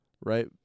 right